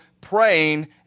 praying